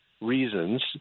reasons